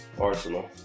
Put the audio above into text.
Arsenal